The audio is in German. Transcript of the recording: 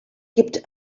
gibt